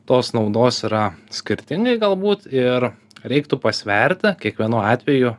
tos naudos yra skirtingai galbūt ir reiktų pasverti kiekvienu atveju